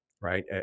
Right